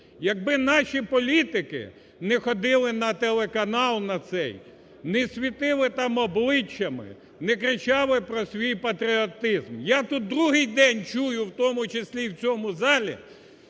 якби наші політики не ходили на телеканал на цей, не світили там обличчями, не кричали про свій патріотизм. Я тут другий день чую, в тому числі і в цьому залі,